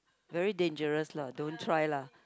very dangerous lah don't try lah